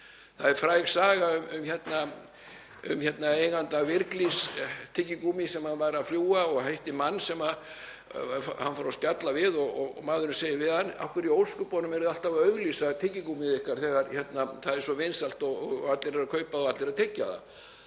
Það er fræg saga um eiganda Wrigley's tyggigúmmís sem var að fljúga og hitti mann sem hann fór að spjalla við og maðurinn segir við hann: Af hverju í ósköpunum eruð þið alltaf að auglýsa tyggigúmmíið ykkar þegar það er svo vinsælt og allir eru að kaupa og allir að tyggja það?